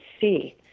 see